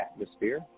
atmosphere